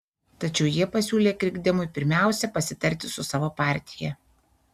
tačiau jie pasiūlė krikdemui pirmiausia pasitarti su savo partija